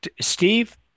Steve